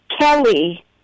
Kelly